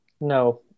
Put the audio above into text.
No